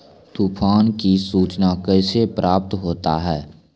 तुफान की सुचना कैसे प्राप्त होता हैं?